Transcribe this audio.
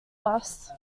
bus